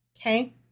Okay